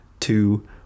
two